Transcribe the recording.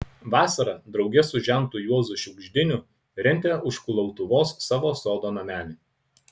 vasarą drauge su žentu juozu šiugždiniu rentė už kulautuvos savo sodo namelį